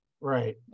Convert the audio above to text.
Right